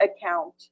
account